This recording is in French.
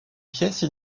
pièces